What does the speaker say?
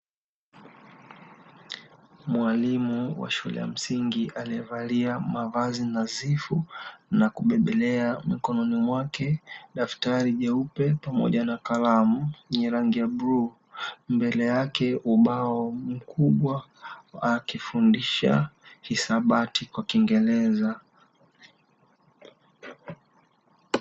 Mwalimu wa shule ya msingi aliyevalia mavazi nadhifu na kubebelea mkononi mwake daftari jeupe pamoja na kalamu yenye rangi ya bluu, mbele yake ubao mkubwa akifundisha hisabati kwa kingereza.